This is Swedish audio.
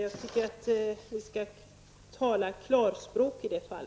Jag tycker att man skall tala klarspråk i det fallet.